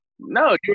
No